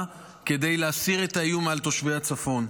כדי להסיר את האיום מעל תושבי הצפון.